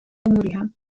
عمرها